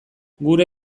gure